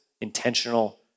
intentional